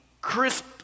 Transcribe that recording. crisp